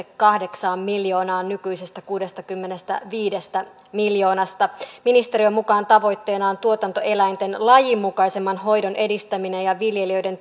kahdeksaan miljoonaan nykyisestä kuudestakymmenestäviidestä miljoonasta ministeriön mukaan tavoitteena on tuotantoeläinten lajinmukaisemman hoidon edistäminen ja viljelijöiden